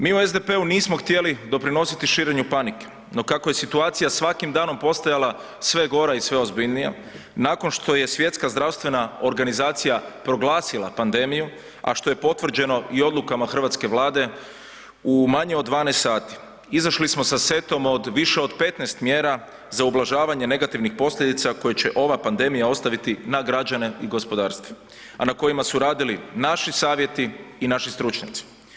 Mi u SDP-u nismo htjeli doprinositi širenju panike, no kako je situacija svakim danom postajala sve gora i sve ozbiljnija, nakon što je Svjetska zdravstvena organizacija proglasila pandemiju, la što je potvrđeno i odlukama hrvatske Vlade u manje od 12 sati izašli smo sa setom od više od 15 mjera za ublažavanje negativnih posljedica koje će ova pandemija ostaviti na građane i gospodarstvo, a na kojima su radili naši savjeti i naši stručnjaci.